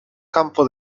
campo